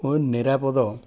ଓ ନିରାପଦ